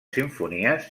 simfonies